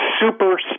super